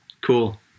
cool